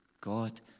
God